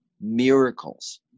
miracles